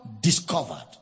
discovered